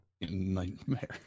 Nightmare